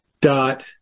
dot